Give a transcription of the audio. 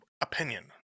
opinion